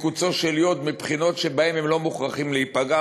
כקוצו של יו"ד מבחינות שבהן הם לא מוכרחים להיפגע,